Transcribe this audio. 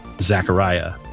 Zachariah